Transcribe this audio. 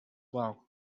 well